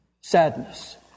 sadness